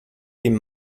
dem